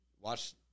Watch